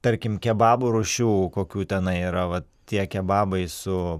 tarkim kebabų rūšių kokių tenai yra vat tie kebabai su